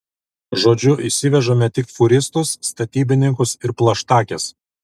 žodžiu įsivežame tik fūristus statybininkus ir plaštakes